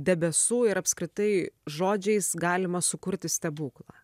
debesų ir apskritai žodžiais galima sukurti stebuklą